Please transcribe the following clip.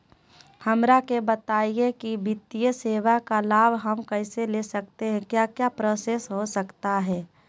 हमरा के बताइए की वित्तीय सेवा का लाभ हम कैसे ले सकते हैं क्या क्या प्रोसेस हो सकता है?